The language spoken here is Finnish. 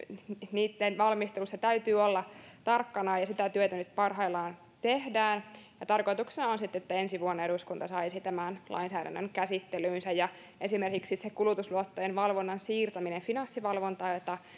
niitten valmistelussa täytyy olla tarkkana ja ja sitä työtä nyt parhaillaan tehdään tarkoituksena on on että ensi vuonna eduskunta saisi tämän lainsäädännön käsittelyynsä esimerkiksi se kulutusluottojen valvonnan siirtäminen finanssivalvontaan josta edustaja